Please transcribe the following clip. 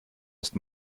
ist